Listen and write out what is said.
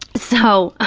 so,